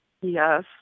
Yes